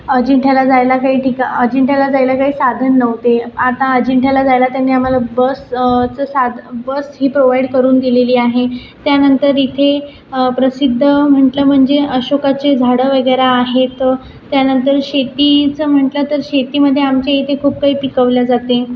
अजिंठ्याला जायला काही ठी अजिंठ्याला जायला काही साधन नव्हते आता अजिंठ्याला जायला त्यांनी आम्हाला बस चं साध बस ही प्रोव्हाइड करून दिलेली आहे त्यानंतर इथे प्रसिद्ध म्हटलं म्हणजे अशोकाचे झाड वगैरे आहेत त्यानंतर शेतीचं म्हटलं तर शेतीमध्ये आमच्या इथे खूप काही पिकवलं जाते